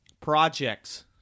projects